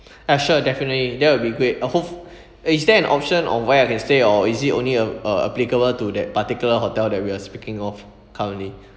ya sure definitely that will be great uh hope~ eh is there an option on where I can stay or is it only uh applicable to that particular hotel that we are speaking of currently